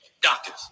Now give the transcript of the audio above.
doctors